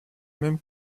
même